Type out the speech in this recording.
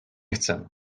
chcę